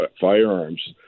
firearms